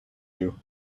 you